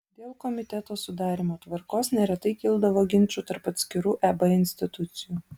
dėl komitetų sudarymo tvarkos neretai kildavo ginčų tarp atskirų eb institucijų